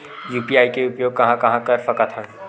UPI के उपयोग कहां कहा कर सकत हन?